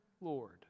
Lord